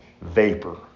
vapor